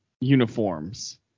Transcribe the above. uniforms